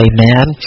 Amen